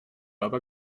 aber